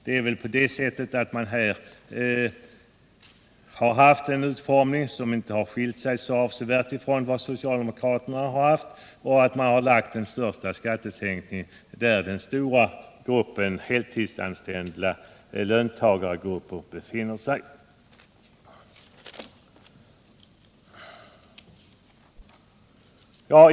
Den borgerliga regeringens utformning av skattesystemet har inte skilt sig så avsevärt från socialdemokraternas. Den största skattesänkningen har lagts på en nivå, där den stora gruppen heltidsanställda löntagare befinner sig.